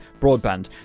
broadband